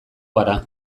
gara